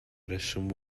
reswm